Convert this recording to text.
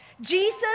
Jesus